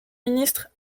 ministre